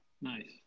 Nice